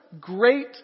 great